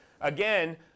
again